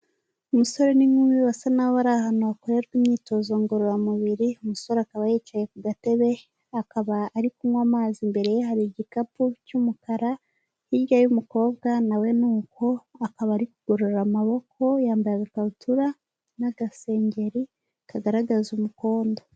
Umusore n'inkumi basa naho bari ahantu hakorerwa imyitozo ngororamubiri, umusore akaba yicaye ku gatebe akaba ari kunywa amazi, imbere ye hari igikapu cy'umukara hirya, y'umukobwa nawe n'uko, akaba ari kugorora amaboko yambaye agakabutura n'agasengeri kagaragaza umukondo.